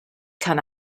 can